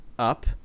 Up